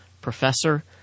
professor